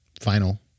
final